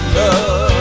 love